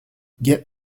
get